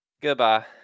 Goodbye